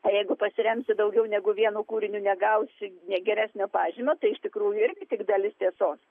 jeigu pasiremsi daugiau negu vienu kūriniu negausi geresnio pažymio tai iš tikrųjų irgi tik dalis tiesos